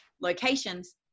locations